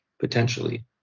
Potentially